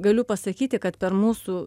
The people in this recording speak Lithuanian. galiu pasakyti kad per mūsų